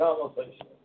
conversation